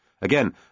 Again